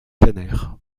canner